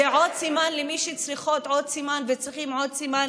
זה עוד סימן למי שצריכות וצריכים עוד סימן